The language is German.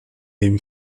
den